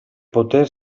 poter